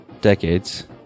decades